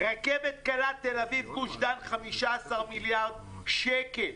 רכבת קלה תל-אביב-גוש דן 15 מיליארד שקל.